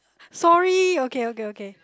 sorry okay okay okay